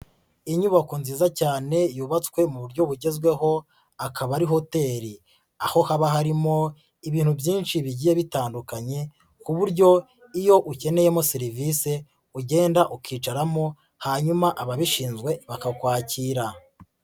Inyubako nziza cyane yubatswe mu buryo bugezweho akaba ari hoteli, aho haba harimo ibintu byinshi bigiye bitandukanye ku buryo iyo ukeneyemo serivisi ugenda ukicaramo hanyuma ababishinzwe bakakwakira.